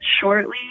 shortly